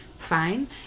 fine